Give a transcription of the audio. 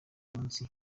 munsi